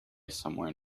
somewhere